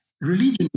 religion